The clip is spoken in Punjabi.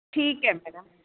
ਠੀਕ ਹੈ ਮੈਡਮ